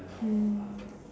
mm